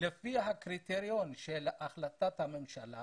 לפי הקריטריון של החלטת הממשלה